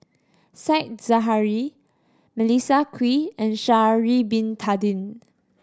Said Zahari Melissa Kwee and Sha'ari Bin Tadin